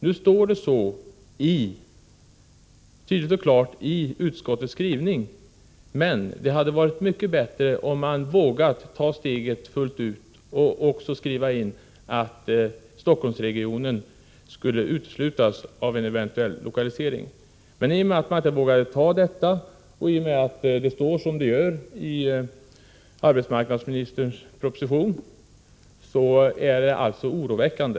I utskottets skrivning står detta tydligt och klart, men det hade varit mycket bättre om man vågat ta steget fullt ut och även skriva in att Stockholmsregionen skall uteslutas vid en eventuell lokalisering. Att man inte har vågat göra det utan det står som det gör i arbetsmarknadsministerns proposition är oroväckande.